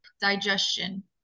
digestion